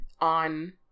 on